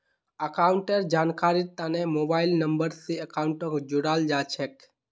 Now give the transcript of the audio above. अकाउंटेर जानकारीर तने मोबाइल नम्बर स अकाउंटक जोडाल जा छेक